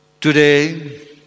Today